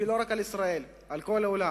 לא רק על ישראל, על כל העולם.